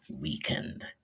weekend